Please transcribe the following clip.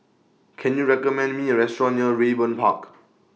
Can YOU recommend Me A Restaurant near Raeburn Park